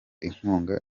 inkunga